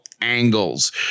angles